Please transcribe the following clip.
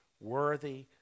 worthy